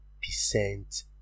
percent